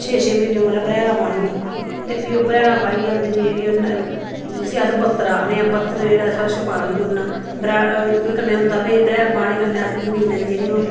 छे छे म्हीने मतलब के अस बरेहालां बाह्नियां ते फ्ही ओह् बरेहालां बाहियै ते जेह्ड़ी ओह् जिसी अस बत्तर आखने आं बत्तर जेह्ड़ा असें छपाली उड़ना उदे कन्नै हुंदा भाई बरेहाल बाह्ने कन्नै अस जमीना दी जेह्ड़ी ओह्